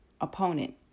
opponent